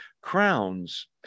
crowns